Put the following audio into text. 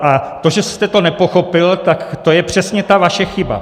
A to, že jste to nepochopil, to je přesně ta vaše chyba.